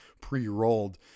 pre-rolled